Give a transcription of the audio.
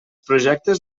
projectes